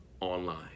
online